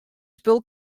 spul